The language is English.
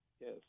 Yes